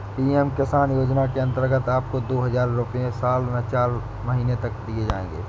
PM Kisan योजना के अंतर्गत आपको दो हज़ार रुपये साल में चार महीने तक दिए जाएंगे